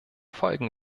folgen